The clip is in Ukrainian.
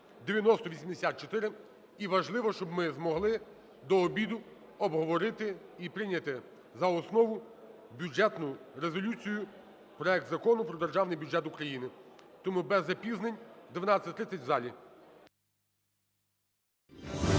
(9084) і важливо, щоб ми змогли до обіду обговорити і прийняти за основу бюджетну резолюцію – проект Закону про Державний бюджет України. Тому без запізнень в 12:30 в залі.